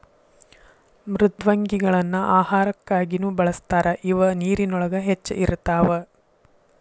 ಮೃದ್ವಂಗಿಗಳನ್ನ ಆಹಾರಕ್ಕಾಗಿನು ಬಳಸ್ತಾರ ಇವ ನೇರಿನೊಳಗ ಹೆಚ್ಚ ಇರತಾವ